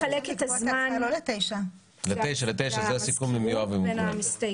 מי שיחלק את הזמן --- בין המסתייגים.